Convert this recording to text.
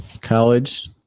college